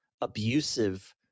abusive